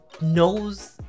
knows